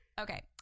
okay